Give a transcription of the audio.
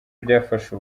byafashe